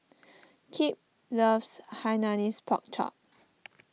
Kip loves Hainanese Pork Chop